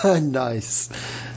Nice